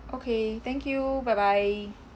okay thank you bye bye